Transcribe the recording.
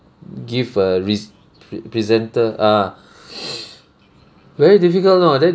give a risk pre~ presenter ah very difficult know then